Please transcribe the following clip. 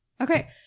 Okay